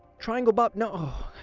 triangle bob no!